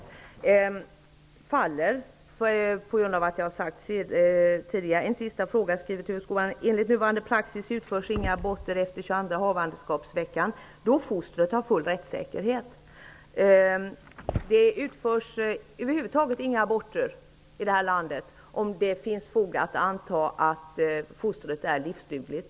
Denna fråga faller på grund av vad jag har sagt tidigare. Tuve Skånberg skriver: Enligt nuvarande praxis utförs inga aborter efter 22:a havandeskapsveckan, då fostret har full rättssäkerhet. Det utförs över huvud taget inga aborter i det här landet om det finns fog att anta att fostret är livsdugligt.